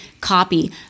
copy